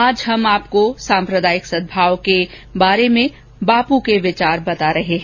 आज हम आपको साम्प्रदायिक सदभाव के बारे में उनके विचार बता रहे हैं